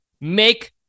make